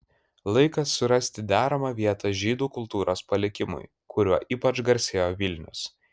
laikas surasti deramą vietą žydų kultūros palikimui kuriuo ypač garsėjo vilnius